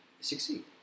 Succeed